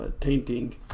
tainting